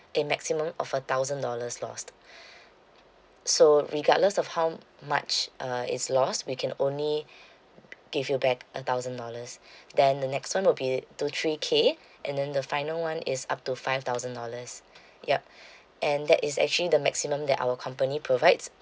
a maximum of a thousand dollars lost so regardless of how much uh is lost we can only give you back a thousand dollars then the next one will be to three K and then the final one is up to five thousand dollars yup and that is actually the maximum that our company provides